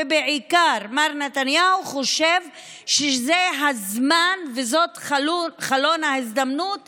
בעיקר מר נתניהו חושב שזה הזמן וזה חלון ההזדמנויות